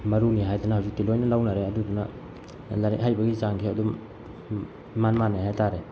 ꯃꯔꯨꯅꯤ ꯍꯥꯏꯗꯅ ꯍꯧꯖꯤꯛꯇꯤ ꯂꯣꯏꯅ ꯂꯧꯅꯔꯦ ꯑꯗꯨꯗꯨꯅ ꯂꯥꯏꯔꯤꯛ ꯍꯩꯕꯒꯤ ꯆꯥꯡꯁꯦ ꯑꯗꯨꯝ ꯏꯃꯥꯟ ꯃꯥꯟꯅꯩ ꯍꯥꯏꯇꯥꯔꯦ